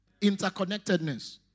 Interconnectedness